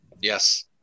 Yes